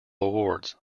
awards